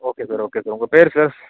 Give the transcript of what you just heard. okay sir okay sir உங்கள் பேர் sir